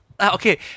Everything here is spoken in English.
okay